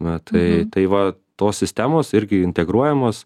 na tai tai va tos sistemos irgi integruojamos